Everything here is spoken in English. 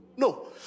No